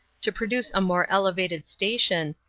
to produce a more elevated station,